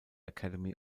academy